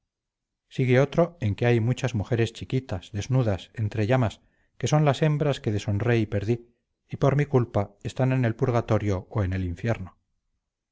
sigue otro en que hay muchas mujeres chiquitas desnudas entre llamas que son las hembras que deshonré y perdí y por mi culpa están en el purgatorio o en el infierno